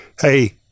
Hey